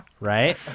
Right